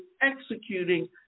executing